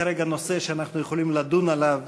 אין כרגע נושא שאנחנו יכולים לדון עליו